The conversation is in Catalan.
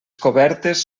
cobertes